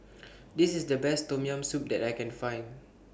This IS The Best Tom Yam Soup that I Can Find